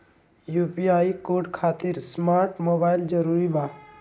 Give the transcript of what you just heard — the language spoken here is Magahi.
यू.पी.आई कोड खातिर स्मार्ट मोबाइल जरूरी बा?